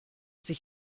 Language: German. sich